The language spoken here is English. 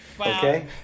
Okay